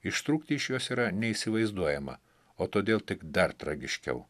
ištrūkti iš jos yra neįsivaizduojama o todėl tik dar tragiškiau